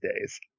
days